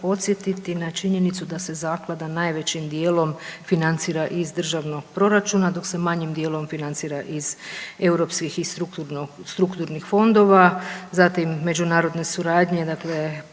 podsjetiti na činjenicu da se zaklada najvećim dijelom financira i državnog proračuna dok se manjim dijelom financira iz europskih i strukturnih fondova, zatim međunarodne suradnje dakle